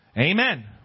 Amen